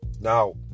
Now